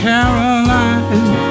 Caroline